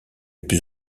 plus